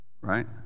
Right